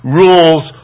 rules